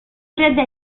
preda